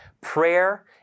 Prayer